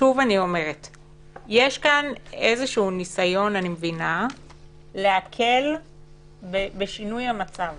יש כאן איזשהו ניסיון, להבנתי, להקל בשינוי המצב